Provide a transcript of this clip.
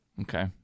Okay